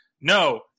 No